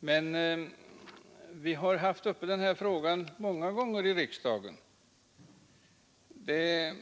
Vi har emellertid haft den här frågan uppe i riksdagen många gånger, och det